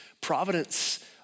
providence